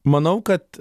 manau kad